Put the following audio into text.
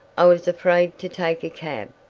i was afraid to take a cab.